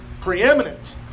preeminent